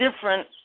different